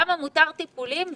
למה מותר טיפולים ובריכה,